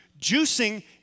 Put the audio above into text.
Juicing